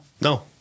No